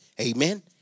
Amen